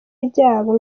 ryabo